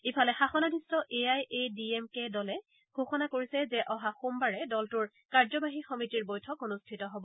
ইফালে শাসনাধিষ্ঠ A I A D M K দলে ঘোষণা কৰিছে যে অহা সোমবাৰে দলটোৰ কাৰ্যবাহী সমিতিৰ বৈঠক অনুষ্ঠিত হ'ব